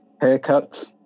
haircuts